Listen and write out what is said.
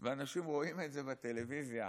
ואנשים רואים את זה בטלוויזיה